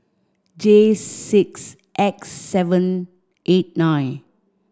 J six X seven eight nine